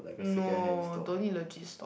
no don't need legit stock